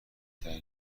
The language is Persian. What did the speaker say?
ترین